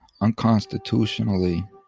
unconstitutionally